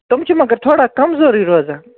تِم چھِ مگر تھوڑا کمزورٕے روزان